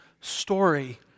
story